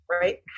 Right